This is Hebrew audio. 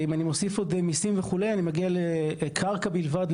ואם אני מוסיף מיסים וכו' אני מגיע לקרקע בלבד,